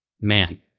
man